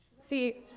see,